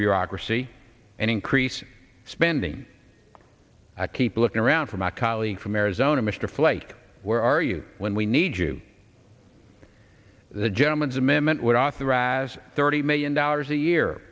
bureaucracy and increase spending i keep looking around for my colleague from arizona mr flake where are you when we need you the gentleman's amendment would authorize thirty million dollars a year